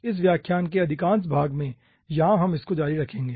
इस व्याख्यान के अधिकांश भाग मेंयहाँ हम इस को जारी रखेंगे